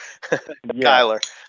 Kyler